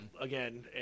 again